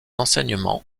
enseignement